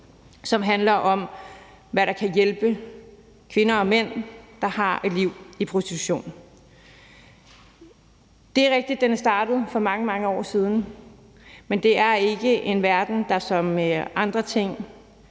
som handler om, hvad der kan hjælpe kvinder og mænd, der har et liv i prostitution. Det er rigtigt, at den er startet for mange, mange år siden, men det er jo ligesom med andre ting,